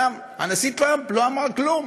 גם הנשיא טרמאפ לא אמר כלום